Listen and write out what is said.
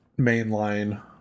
mainline